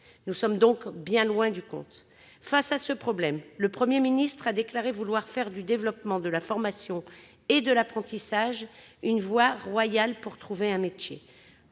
Nous sommes donc bien loin du compte ! Face à ce « problème », le Premier ministre a déclaré vouloir faire du développement de la formation et de l'apprentissage « une voie royale pour trouver un métier